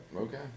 Okay